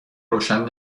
روشن